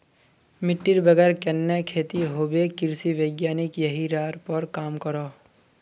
मिटटीर बगैर कन्हे खेती होबे कृषि वैज्ञानिक यहिरार पोर काम करोह